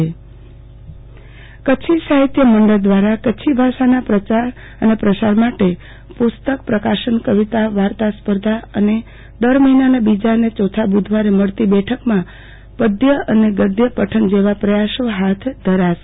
આરતીબેન ભદ્દ ક ચ્છી ભાષા કચ્છી સાહિત્ય મંડળ દ્રારા કચ્છી ભાષાના પ્રસાર પ્રચાર માટે પુસ્તક પ્રકાશન કવિતા વાર્તા સ્પર્ધા અને દર મહિનાના બીજા અને ચોથા બુધવારે મળતી બેઠકમાં પધ ગધ પઠન જેવા પ્રયાસો હાથ ધરાશે